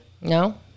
No